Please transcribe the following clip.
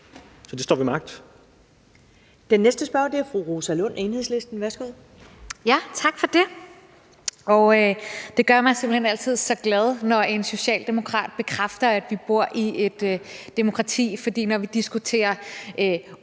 (Karen Ellemann): Den næste spørger er fru Rosa Lund, Enhedslisten. Værsgo. Kl. 11:04 Rosa Lund (EL): Tak for det. Det gør mig simpelt hen altid så glad, når en socialdemokrat bekræfter, at vi bor i et demokrati, for når vi diskuterer